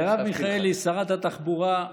מרב מיכאלי, שרת התחבורה,